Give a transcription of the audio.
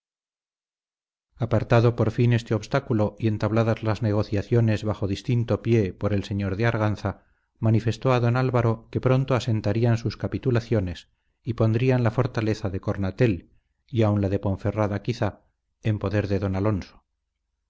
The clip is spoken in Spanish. apartado por fin este obstáculo y entabladas las negociaciones bajo distinto pie por el señor de arganza manifestó a don álvaro que pronto asentarían sus capitulaciones y pondrían la fortaleza de cornatel y aun la de ponferrada quizá en poder de don alonso